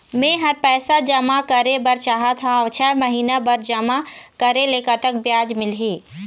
मे मेहर पैसा जमा करें बर चाहत हाव, छह महिना बर जमा करे ले कतक ब्याज मिलही?